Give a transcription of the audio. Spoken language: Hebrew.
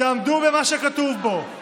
תעמדו במה שכתוב בו.